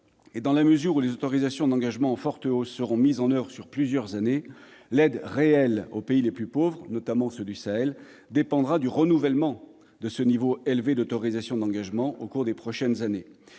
d'euros et les autorisations d'engagement, en forte hausse, ne seront mises en oeuvre que sur plusieurs années. L'aide réelle aux pays les plus pauvres, notamment ceux du Sahel, dépendra donc du renouvellement de ce niveau élevé d'autorisations d'engagement au cours des prochaines années.